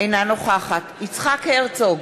אינה נוכחת יצחק הרצוג,